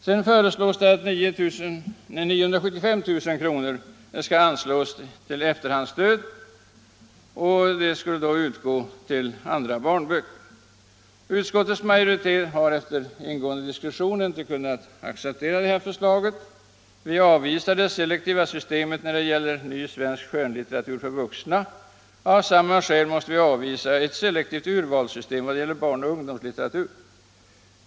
Vidare föreslås i propositionen att 975 000 kr. skall anslås till efterhandsstöd. Detta skulle utgå till andra barnböcker. Utskottsmajoriteten har efter ingående diskussion inte kunnat acceptera förslaget. Vi avvisar det selektiva systemet när det gäller ny svensk skönlitteratur för vuxna. Av samma skäl måste vi avvisa ett selektivt urvalssystem när det gäller barnoch ungdomslitteratur.